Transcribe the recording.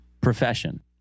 profession